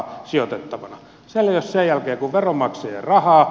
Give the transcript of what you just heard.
siellä ei ole sen jälkeen kuin veronmaksajien rahaa